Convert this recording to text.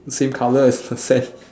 same colour as the sand